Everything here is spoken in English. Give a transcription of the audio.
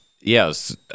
Yes